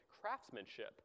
craftsmanship